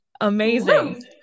amazing